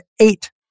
eight